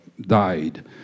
died